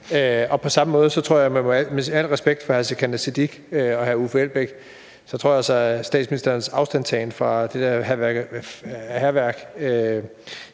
måske kommet med i mange år. Og med al respekt for hr. Sikandar Siddique og hr. Uffe Elbæk tror jeg, at statsministerens afstandstagen fra det hærværk